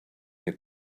had